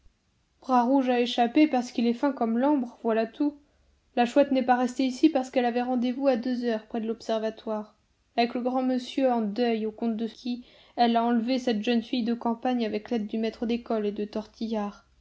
bras rouge a échappé parce qu'il est fin comme l'ambre voilà tout la chouette n'est pas restée ici parce qu'elle avait rendez-vous à deux heures près de l'observatoire avec le grand monsieur en deuil au compte de qui elle a enlevé cette jeune fille de campagne avec l'aide du maître d'école et de tortillard